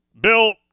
Bill